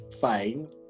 fine